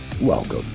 Welcome